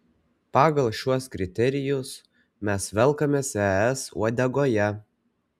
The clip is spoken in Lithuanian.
pagal šiuos kriterijus mes velkamės es uodegoje